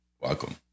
Welcome